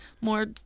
more